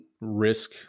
risk